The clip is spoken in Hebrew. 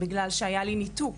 בגלל שהיה לי ניתוק